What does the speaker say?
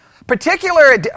Particular